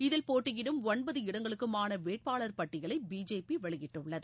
இதில் போட்டியிடும் ஒன்பது இடங்களுக்குமான வேட்பாளர் பட்டியலை பி ஜே பி வெளியிட்டுள்ளது